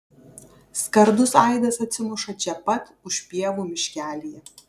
skardus aidas atsimuša čia pat už pievų miškelyje